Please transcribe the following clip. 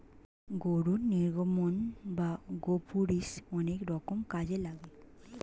গরুর নির্গমন বা গোপুরীষ অনেক রকম কাজে লাগে